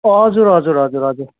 हजुर हजुर हजुर हजुर